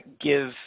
give